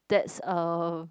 that's uh